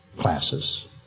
classes